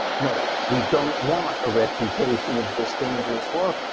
no, we don't want a refutation of this dangerous work,